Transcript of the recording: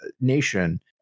nation